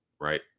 right